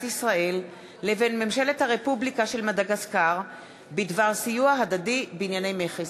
ישראל לבין ממשלת הרפובליקה של ארמניה בדבר סיוע הדדי בענייני מכס,